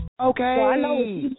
Okay